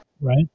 Right